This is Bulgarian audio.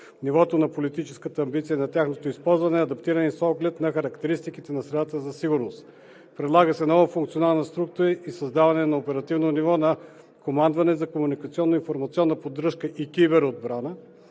нивото на политическа амбиция за тяхното използване, адаптирани с оглед характеристиките на средата на сигурност. Предлага се нова функционална структура и създаване на оперативно ниво на Командване за комуникационно-информационна поддръжка и киберотбрана